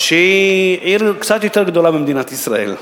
שהיא עיר קצת יותר גדולה ממדינת ישראל,